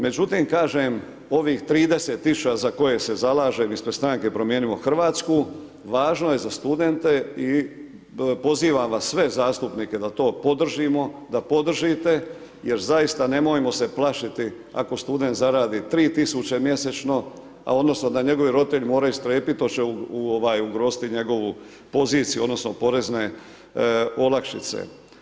Međutim, kažem ovih 30 tisuća za koje se zalažem ispred stranke Promijenimo Hrvatsku, važno je za studente i pozivam vas sve zastupnike da to podržimo, da podržite, jer zaista nemojmo se plašiti ako student zaradi 3 tisuće mjesečno, a odnosno da njegovi roditelji moraju strepiti hoće li ugroziti njegovu poziciju odnosno porezne olakšice.